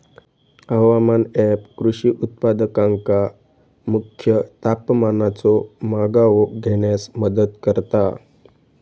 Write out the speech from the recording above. हवामान ऍप कृषी उत्पादकांका मुख्य तापमानाचो मागोवो घेण्यास मदत करता